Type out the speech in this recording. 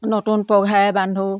নতুন পঘাৰে বান্ধো